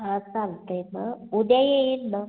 हां चालतंय मग उद्या येईन मग